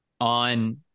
on